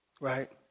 Right